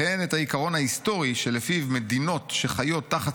והן את העיקרון ההיסטורי שלפיו מדינות שחיות תחת